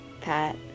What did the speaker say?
Pat